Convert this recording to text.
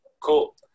Cool